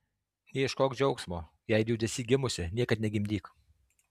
neieškok džiaugsmo jei liūdesy gimusi niekad negimdyk